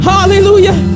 Hallelujah